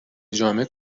جامع